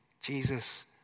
Jesus